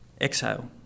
Exhale